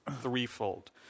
threefold